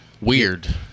Weird